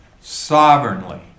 sovereignly